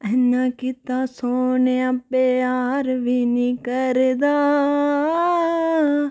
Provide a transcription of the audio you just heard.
ऐन्ना कीता सोह्नेआ प्यार बी नी करदा